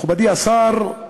מכובדי השר,